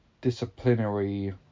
disciplinary